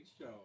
show